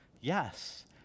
Yes